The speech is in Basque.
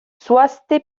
zoazte